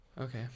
Okay